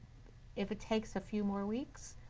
if it takes a few more weeks,